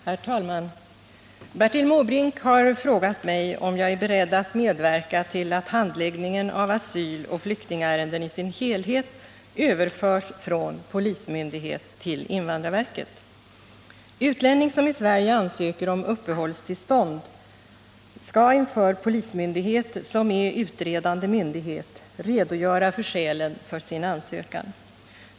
Herr talman! Bertil Måbrink har frågat mig om jag är beredd att medverka till att handläggningen av asyloch flyktingärenden i sin helhet överförs från polismyndighet till invandrarverket. Utlänning som i Sverige ansöker om uppehållstillstånd skall inför polismyndighet, som är utredande myndighet, redogöra för skälen för sin ansökan.